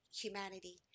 humanity